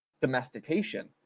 domestication